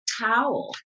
towel